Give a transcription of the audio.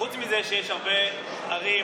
חוץ מזה שיש הרבה ערים,